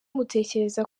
mutekereza